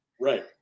right